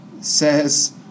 says